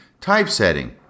typesetting